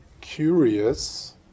curious